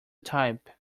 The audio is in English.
type